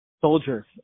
soldiers